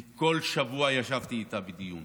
וכל שבוע ישבתי איתה בדיון,